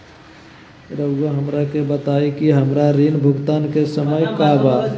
रहुआ हमरा के बताइं कि हमरा ऋण भुगतान के समय का बा?